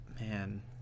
man